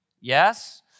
yes